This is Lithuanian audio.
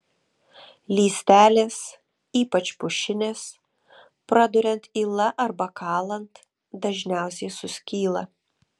lystelės ypač pušinės praduriant yla arba kalant dažniausiai suskyla